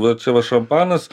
va čia va šampanas